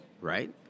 Right